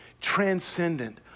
transcendent